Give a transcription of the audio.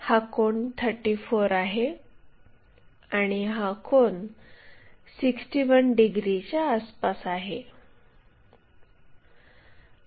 हा कोन 34 आहे आणि हा कोन 61 डिग्रीच्या आसपास आहे